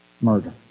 Murder